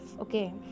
okay